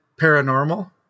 Paranormal